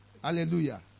Hallelujah